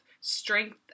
strength